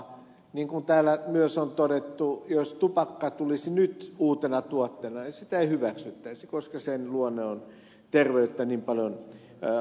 niin kuin täällä myös on todettu jos tupakka tulisi nyt uutena tuotteena sitä ei hyväksyttäisi koska sen luonne on terveyttä niin paljon haittaava